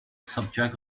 subject